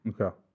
Okay